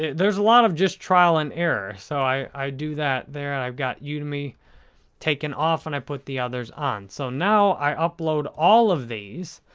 there's a lot of just trial and error. so i i do that there, and i've got yeah udemy taken off and i put the others on. so, now i upload all of these.